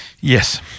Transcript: Yes